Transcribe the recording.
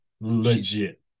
legit